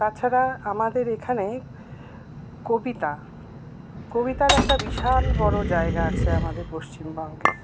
তাছাড়া আমাদের এখানে কবিতা কবিতার একটা বিশাল বড়ো জায়গা আছে আমাদের পশ্চিমবঙ্গে